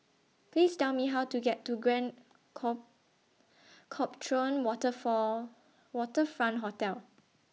Please Tell Me How to get to Grand call Copthorne Water For Waterfront Hotel